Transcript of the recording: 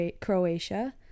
Croatia